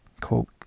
Quote